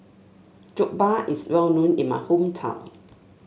Jokbal is well known in my hometown